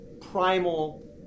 primal